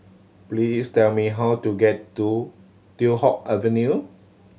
please tell me how to get to Teow Hock Avenue